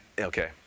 Okay